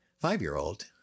five-year-old